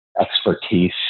expertise